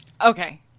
Okay